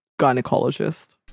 gynecologist